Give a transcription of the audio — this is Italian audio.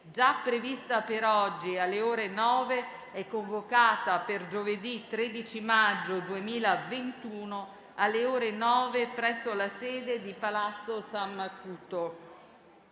già prevista per oggi, alle ore 9, è convocata per giovedì 13 maggio 2021, alle ore 9, presso la sede di Palazzo San Macuto.